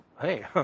hey